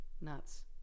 Nuts